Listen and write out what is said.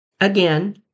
Again